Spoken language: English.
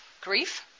Grief